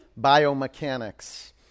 biomechanics